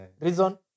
Reason